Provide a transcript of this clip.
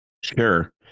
Sure